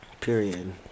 period